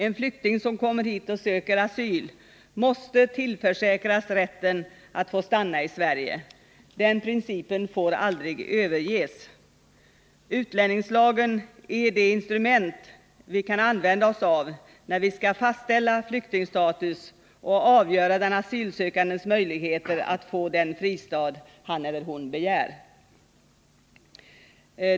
En flykting som kommer hit och söker yl måste tillförsäkras rätten att stanna i Sverige. Den principen får aldrig överg; skall fastställa flyktingstatus och avgöra den asylsökandes möjligheter att få den fristad han eller hon begär.